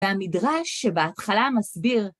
והמדרש שבהתחלה מסביר